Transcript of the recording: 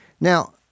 Now